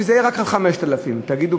שזה יהיה רק על 5,000. תגידו,